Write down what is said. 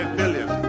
billion